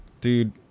dude